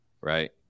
Right